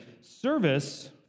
Service